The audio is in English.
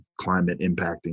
climate-impacting